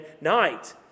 night